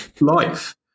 life